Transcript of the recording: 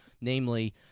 namely